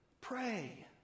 Pray